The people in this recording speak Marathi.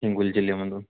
हिंगोली जिल्ह्यामधून